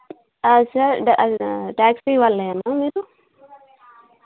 sir taxi వాళ్ళేనా మీరు